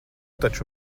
taču